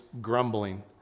grumbling